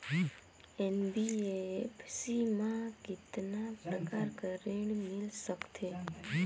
NBFC मा कतना प्रकार कर ऋण मिल सकथे?